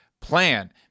plan